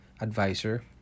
advisor